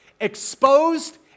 exposed